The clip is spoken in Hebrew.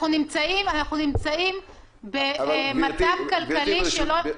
אנחנו נמצאים במצב כלכלי --- גברתי,